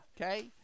Okay